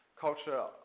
culture